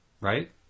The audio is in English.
Right